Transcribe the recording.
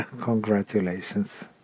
congratulations